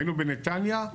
היינו בנתניה,